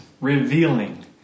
revealing